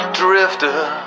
drifter